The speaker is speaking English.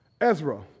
Ezra